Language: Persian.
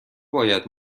باید